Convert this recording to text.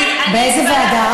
אני, באיזו ועדה?